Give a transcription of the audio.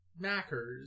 Mackers